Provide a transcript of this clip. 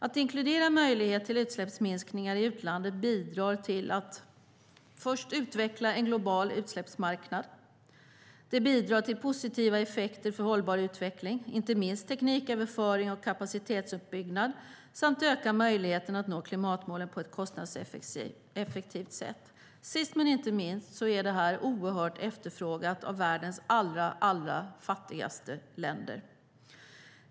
Att inkludera möjlighet till utsläppsminskningar i utlandet bidrar till att utveckla en global utsläppsmarknad, bidrar till positiva effekter för hållbar utveckling, inte minst tekniköverföring och kapacitetsuppbyggnad, samt ökar möjligheten att nå klimatmålen på ett kostnadseffektivt sätt. Sist men inte minst är detta oerhört efterfrågat av världens allra fattigaste länder.